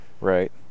Right